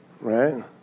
right